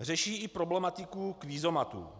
řeší i problematiku kvízomatů.